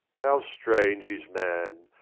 how strange is man,